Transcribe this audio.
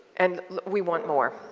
and we want more.